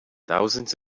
thousands